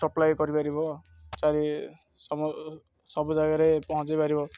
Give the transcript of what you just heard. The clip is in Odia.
ସପ୍ଲାଏ କରିପାରିବ ଚାରି ସବୁ ଜାଗାରେ ପହଞ୍ଚିପାରିବ